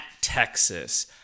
Texas